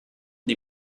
die